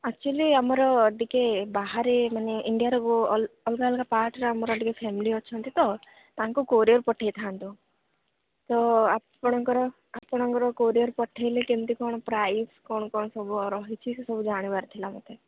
actually ଆମର ଟିକିଏ ବାହାରେ ମାନେ ଇଣ୍ଡିଆର ଅଲଗା ଅଲଗା ପାର୍ଟର ଆମର ଟିକିଏ ଫ୍ୟାମିଲି ଅଛନ୍ତି ତ ତାଙ୍କୁ କୋରିଅର ପଠେଇଥାନ୍ତୁ ତ ଆପଣଙ୍କର ଆପଣଙ୍କର କୋରିଅର ପଠେଇଲେ କେମିତି କ'ଣ ପ୍ରାଇସ୍ କ'ଣ କ'ଣ ସବୁ ରହିଛି ସେ ସବୁ ଜାଣିବାର ଥିଲା ମୋତେ